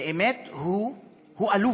באמת הוא אלוף,